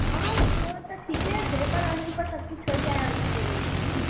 हॅं से तऽ ठीके छै पर अहीं पर सब किछु छोड़ि कऽ आयल छियै ने